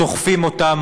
דוחפים אותם,